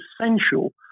essential